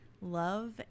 love